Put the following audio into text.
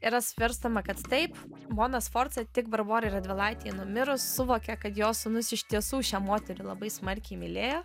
yra svarstoma kad taip bona sforza tik barborai radvilaitei numirus suvokė kad jos sūnus iš tiesų šią moterį labai smarkiai mylėjo